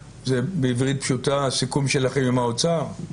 בעברית פשוטה זה הסיכום שלכם עם האוצר?